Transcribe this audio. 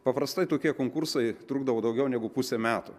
paprastai tokie konkursai trukdavo daugiau negu pusę metų